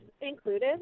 included